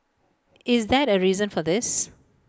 is that A reason for this